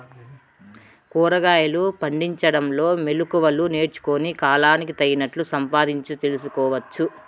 కూరగాయలు పండించడంలో మెళకువలు నేర్చుకుని, కాలానికి తగినట్లు సంపాదించు తెలుసుకోవచ్చు